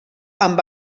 amb